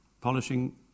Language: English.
polishing